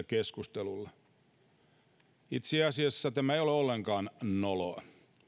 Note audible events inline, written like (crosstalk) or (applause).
(unintelligible) keskustelulla istumajärjestyksestä itse asiassa tämä ei ole ollenkaan noloa